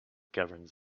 governs